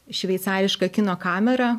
šveicariška kino kamera